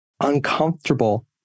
uncomfortable